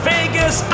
Vegas